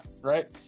right